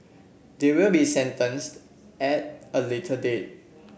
they will be sentenced at a later date